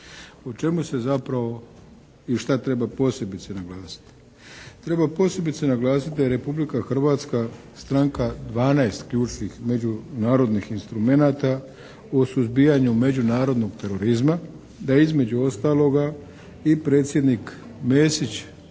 U čemu se zapravo i šta treba posebice naglasiti? Treba posebice naglasiti da je Republika Hrvatska stranka 12 ključnih međunarodnih instrumenata u suzbijanju međunarodnog terorizma, da je između ostaloga i predsjednik Mesić